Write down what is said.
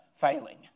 failing